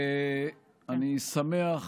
אני שמח